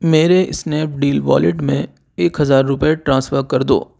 میرے Snapdeal wallet میں ایک ہزار روپے ٹرانسفر کر دو